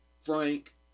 frank